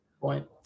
point